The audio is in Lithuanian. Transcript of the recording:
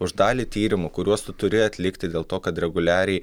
už dalį tyrimų kuriuos tu turi atlikti dėl to kad reguliariai